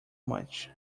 much